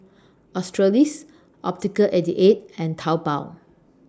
Australis Optical eighty eight and Taobao